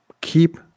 Keep